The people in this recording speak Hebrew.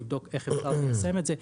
נבדוק איך אפשר ליישם את זה.